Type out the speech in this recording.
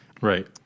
right